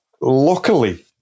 Luckily